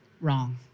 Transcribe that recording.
Wrong